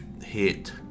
hit